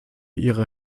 ihre